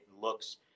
looks